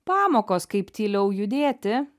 pamokos kaip tyliau judėti